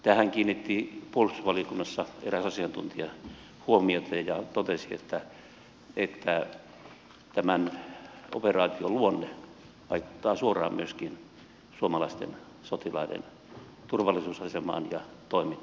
tähän kiinnitti puolustusvaliokunnassa eräs asiantuntija huomiota ja totesi että tämän operaation luonne vaikuttaa suoraan myöskin suomalaisten sotilaiden turvallisuusasemaan ja toimintaan afganistanissa